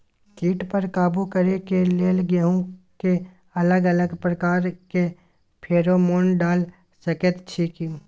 कीट पर काबू करे के लेल गेहूं के अलग अलग प्रकार के फेरोमोन डाल सकेत छी की?